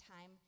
time